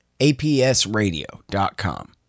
APSradio.com